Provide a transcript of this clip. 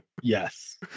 yes